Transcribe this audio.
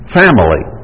family